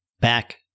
back